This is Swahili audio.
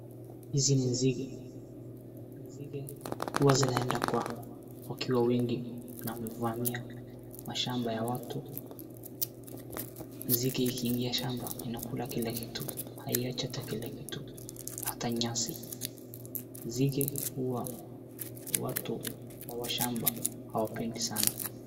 Hizi ni nzige, nzige huwa zinaenda kwa wakiwa wengi na huvamia mashamba ya watu. Nzige hii ni ya shamba na inakula kila kitu haiachi ata kila kitu hata nyasi. Nzige huwa watu wa shamba hawapendi sana.